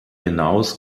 hinaus